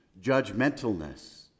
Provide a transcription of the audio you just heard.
judgmentalness